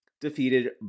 defeated